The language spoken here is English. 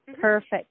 Perfect